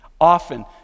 Often